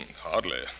Hardly